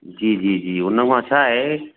जी जी जी हुनमां छा आहे